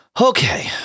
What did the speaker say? Okay